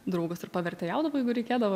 draugas ir pavertėjaudavo jeigu reikėdavo